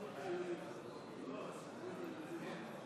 אם כן,